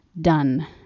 Done